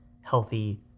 healthy